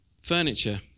Furniture